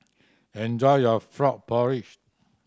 enjoy your frog porridge